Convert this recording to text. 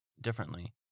differently